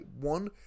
One